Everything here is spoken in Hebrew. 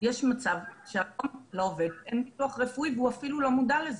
יש מצב שהיום לעובד אין ביטוח רפואי והוא אפילו לא מודע לזה.